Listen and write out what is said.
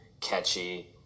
catchy